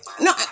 No